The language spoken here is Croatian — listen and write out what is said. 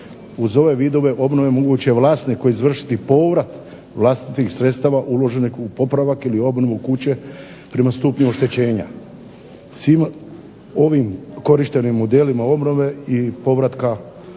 Uz ove vidove obnove moguće je vlasniku izvršiti povrat vlastitih sredstava uloženih u popravak ili obnovu kuće prema stupnju oštećenja. Svim ovim korištenim modelima obnove i povratka